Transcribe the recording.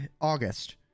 August